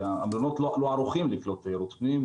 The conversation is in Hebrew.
המלונות לא ערוכים לקלוט תיירות פנים,